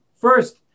first